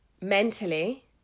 mentally